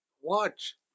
Watch